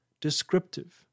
descriptive